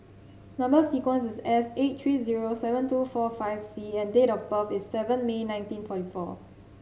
number sequence is S eight three zero seven two four five C and date of birth is seven May nineteen forty four